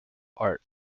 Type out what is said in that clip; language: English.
art